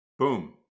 Boom